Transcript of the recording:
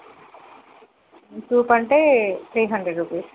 soup అంటే three hundred rupees